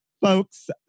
Folks